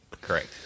Correct